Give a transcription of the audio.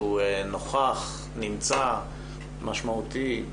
נוכח ונמצא ומשמעותי.